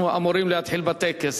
כי אנחנו אמורים להתחיל בטקס,